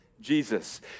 Jesus